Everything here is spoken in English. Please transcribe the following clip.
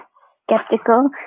skeptical